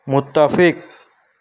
متفق